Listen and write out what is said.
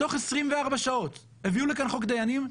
תוך 24 שעות הביאו לכאן חוק דיינים,